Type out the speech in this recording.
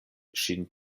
ŝin